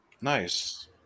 Nice